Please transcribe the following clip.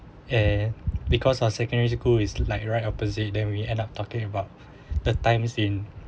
and because our secondary school is like right opposite then we end up talking about the times in